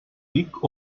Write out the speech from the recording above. dic